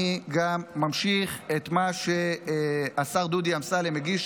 אני גם ממשיך את מה שהשר דודי אמסלם הגיש,